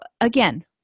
again